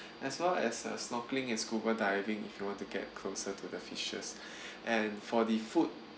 as well as uh snorkelling and scuba diving if you want to get closer to the fishes and for the food